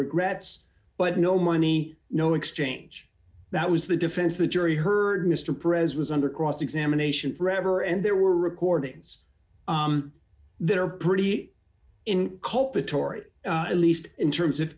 regrets but no money no exchange that was the defense the jury heard mr pres was under cross examination forever and there were recordings they're pretty inculpatory at least in terms of